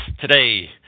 today